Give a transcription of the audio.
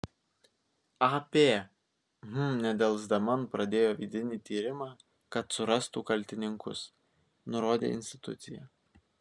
ap hm nedelsdama pradėjo vidinį tyrimą kad surastų kaltininkus nurodė institucija